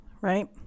right